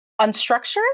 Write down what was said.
unstructured